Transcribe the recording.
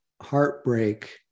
heartbreak